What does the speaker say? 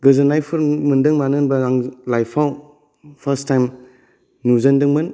गोजोन्नायफोर मोदों मानो होनबा आं लाइफ आव फार्स्ट टाइम नुजेनदोंमोन